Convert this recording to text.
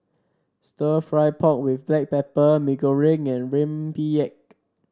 stir fry pork with Black Pepper Mee Goreng and rempeyek